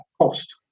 cost